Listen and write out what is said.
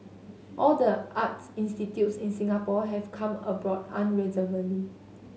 all the arts institutes in Singapore have come aboard unreservedly